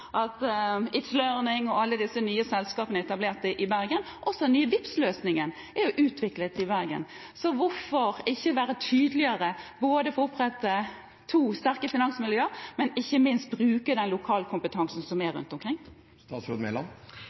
og alle disse nye selskapene som er etablert i Bergen, også den nye Vipps-løsningen, er utviklet i Bergen. Så hvorfor ikke være tydeligere når det gjelder å opprette to sterke finansmiljøer, og ikke minst bruke den lokalkompetansen som er rundt omkring?